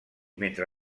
mentre